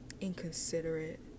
Inconsiderate